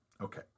Okay